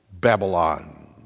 Babylon